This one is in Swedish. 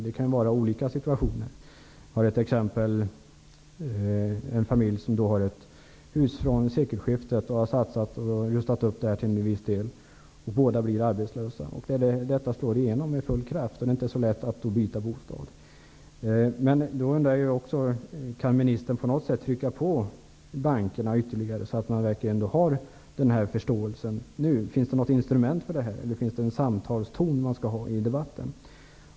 Det kan vara olika situationer. Jag har ett exempel som gäller en familj som har ett hus från sekelskiftet. De har rustat upp huset till viss del. De har nu båda blivit arbetslösa. Detta slår igenom med full kraft, och det är inte så lätt att byta bostad. Kan ministern på något sätt trycka på så att bankerna kan visa denna förståelse nu? Finns det något instrument? Är det någon särskild samtalston som skall finnas i debatten?